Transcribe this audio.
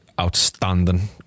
outstanding